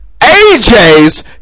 AJ's